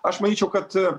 aš manyčiau kad